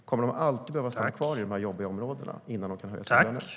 Kommer de alltid att behöva stanna kvar i de här jobbiga områdena innan de kan höja sina löner?